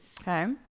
Okay